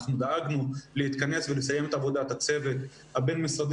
אנחנו דאגנו להתכנס ולסיים את עבודת הצוות הבין-משרדי